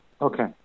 Okay